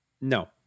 No